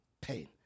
pain